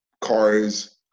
cars